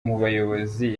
muyobozi